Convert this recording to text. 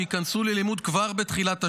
שייכנסו ללימוד כבר בתחילת השנה,